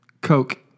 Coke